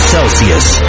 Celsius